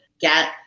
get